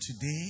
today